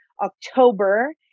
October